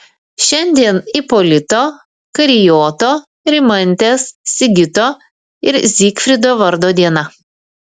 šiandien ipolito karijoto rimantės sigito ir zygfrido vardo diena